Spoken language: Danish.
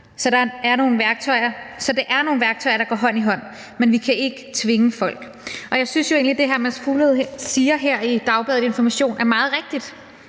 Så der er nogle værktøjer, der går hånd i hånd. Men vi kan ikke tvinge folk ...« Jeg synes jo egentlig, at det, hr. Mads Fuglede siger her i Dagbladet Information, er meget rigtigt.